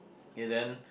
okay then